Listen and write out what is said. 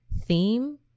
theme